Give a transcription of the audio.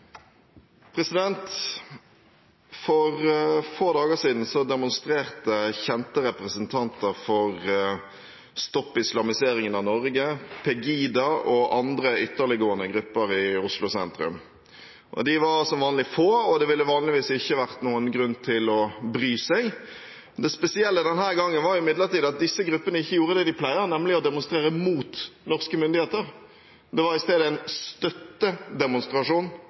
andre ytterliggående grupper i Oslo sentrum. De var som vanlig få, og det ville vanligvis ikke vært noen grunn til å bry seg. Det spesielle denne gangen var imidlertid at disse gruppene ikke gjorde det de pleier, nemlig å demonstrere mot norske myndigheter, det var i stedet en støttedemonstrasjon